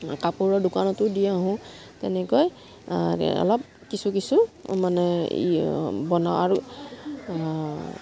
কাপোৰৰ দোকানতো দি আহোঁ তেনেকৈ অলপ কিছু কিছু মানে বনাওঁ আৰু